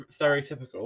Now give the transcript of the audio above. stereotypical